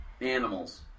Animals